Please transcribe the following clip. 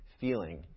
feeling